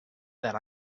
that